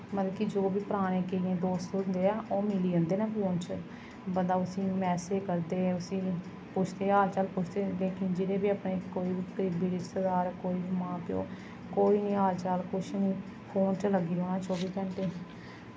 मतलब कि जो बी पराने केईं दोस्त होंदे ऐ ओह् मिली जंदे न फोन च बंदा उसी मैसेज करदे उसी पुच्छदे हाल चाल पुछदे जेह्ड़े बी अपने कोई बी रिश्तेदार कोई बी मां प्यो कोई निं हाल चाल कुछ निं फोन च लग्गी रौह्ना चौबी घैंटे